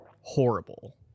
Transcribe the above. horrible